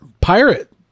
pirate